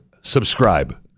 subscribe